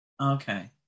Okay